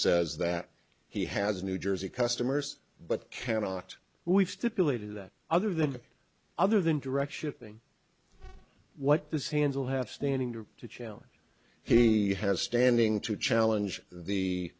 says that he has new jersey customers but cannot we've stipulated that other than other than direction of thing what this hands will have standing to challenge he has standing to challenge the